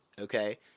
okay